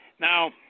Now